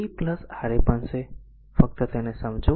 તેથી 2 એa R a બનશે તેથી ફક્ત તેને સમજો